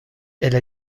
elle